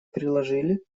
приложили